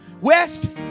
west